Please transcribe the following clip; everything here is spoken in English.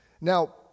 Now